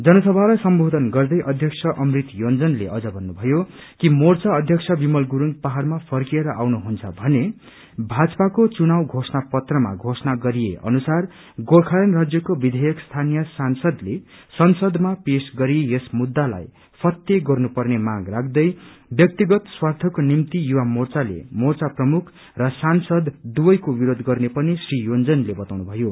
जनसभालाई सम्बोधन गर्दै अध्यक्ष अमृत योजनले अझ भन्नुभयो मोर्चा अध्यक्ष विमल गुरूङ पहाडमा फर्किएर आउनू हुन्छ भने भाजपाको चुनाव घोषणा पत्रमा घोषणा गरिए अनुसार गोर्खाल्याण्ड राज्यको विधेयक स्थानीय सांसदले संसदमा पेश गरी यस मुद्दालाई फत्ते गर्नु पर्ने मांग राख्दै व्याक्तिगत स्वाध्रको निम्ति युवा मोर्चाले मोर्चा प्रमुख र सांसद दुवैको विरोध गर्ने पनि श्री योजनले बताउनुभयो